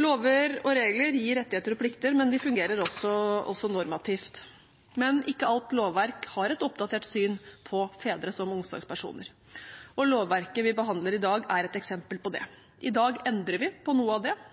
Lover og regler gir rettigheter og plikter, men de fungerer også normativt. Men ikke alt lovverk har et oppdatert syn på fedre som omsorgspersoner, og lovverket vi behandler i dag, er et eksempel på det. I dag endrer vi på noe av det.